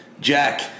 Jack